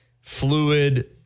fluid